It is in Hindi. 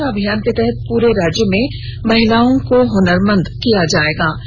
आशा अभियान के तहत पुरे राज्य में महिलाओं को हनरमंद भी किया जायेगा